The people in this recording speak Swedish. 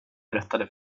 berättade